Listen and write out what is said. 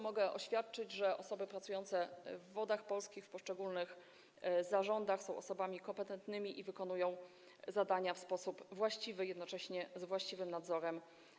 Mogę oświadczyć, że osoby pracujące w Wodach Polskich, w poszczególnych zarządach, są osobami kompetentnymi i wykonują zadania w sposób właściwy i jednocześnie z właściwym nadzorem.